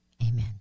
Amen